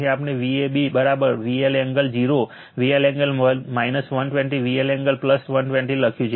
અહીં આપણે Vab VL angle zero VL angle 120o VL angle 120o લખ્યું છે